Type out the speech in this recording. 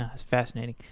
ah it's fascinating.